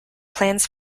plans